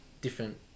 different